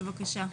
בבקשה.